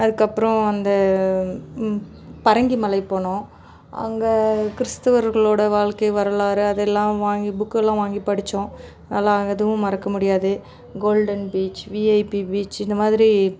அதுக்கப்றம் அந்த பரங்கி மலை போனோம் அங்கே கிறிஸ்துவர்களோடய வாழ்க்கை வரலாறு அதெலாம் வாங்கி புக்கெலாம் வாங்கி படித்தோம் அதல்லாம் அங்கே எதுவும் மறக்க முடியாது கோல்டன் பீச் விஐபி பீச் இந்த மாதிரி